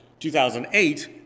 2008